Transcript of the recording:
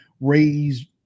raise